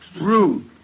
Rude